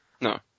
No